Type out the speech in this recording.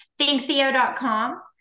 thinktheo.com